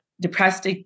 depressed